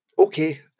Okay